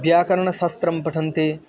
व्याकरनशास्त्रं पठन्ति